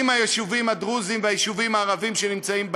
עם היישובים הדרוזיים והיישובים הערביים שנמצאים באזור,